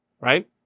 right